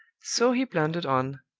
so he blundered on,